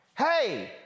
Hey